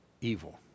evil